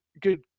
good